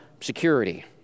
security